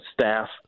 staff